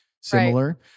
similar